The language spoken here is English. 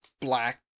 black